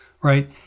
right